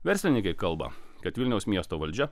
verslininkai kalba kad vilniaus miesto valdžia